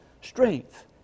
strength